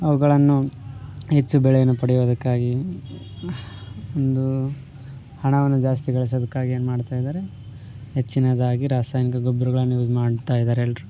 ಅವುಗಳನ್ನು ಹೆಚ್ಚು ಬೆಳೆಯನ್ನು ಪಡೆಯೋದಕ್ಕಾಗಿ ಒಂದು ಹಣವನ್ನು ಜಾಸ್ತಿಗಳಿಸೋದಕ್ಕಾಗಿ ಏನು ಮಾಡ್ತಾಯಿದ್ದಾರೆ ಹೆಚ್ಚಿನದಾಗಿ ರಾಸಾಯನಿಕ ಗೊಬ್ಬರಗಳನ್ನ ಯೂಸ್ ಮಾಡ್ತಾಯಿದಾರೆ ಎಲ್ಲರು